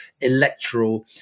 electoral